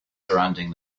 surrounding